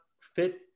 fit